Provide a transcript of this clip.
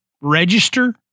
register